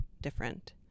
different